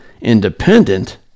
independent